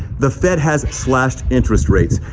the fed has slashed interest rates.